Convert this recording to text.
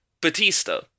Batista